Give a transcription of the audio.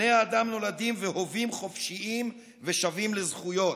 בני האדם נולדים והווים חופשיים ושווים לזכויות.